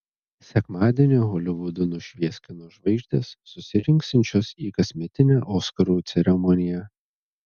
sekmadienį holivudą nušvies kino žvaigždės susirinksiančios į kasmetinę oskarų ceremoniją